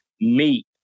meat